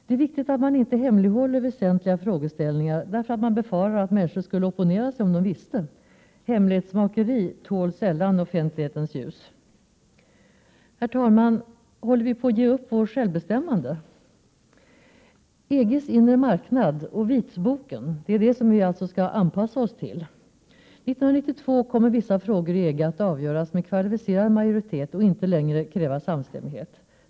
Det är viktigt att väsentliga frågeställningar inte hemlighålls därför att man befarar att människor skulle opponera sig om de visste. Hemlighetsmakeri tål sällan offentlighetens ljus. Herr talman! Håller vi på att ge upp vårt självbestämmande? Det är alltså EG:s inre marknad och vitboken som Sverige skall anpassa sig till. 1992 kommer vissa frågor i EG att avgöras med kvalificerad majoritet och inte längre kräva samstämmighet.